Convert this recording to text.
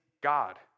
God